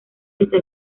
está